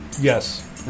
Yes